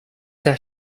set